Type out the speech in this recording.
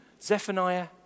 Zephaniah